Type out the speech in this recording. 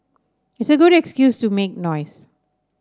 it's a good excuse to make noise